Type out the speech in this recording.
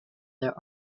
their